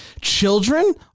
Children